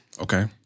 Okay